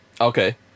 Okay